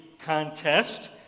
contest